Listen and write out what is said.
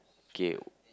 okay